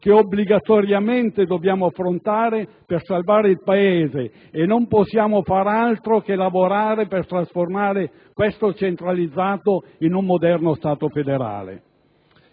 che obbligatoriamente dobbiamo affrontare per salvare il Paese; non possiamo far altro che lavorare per trasformare questo Stato centralizzato in un moderno Stato federale.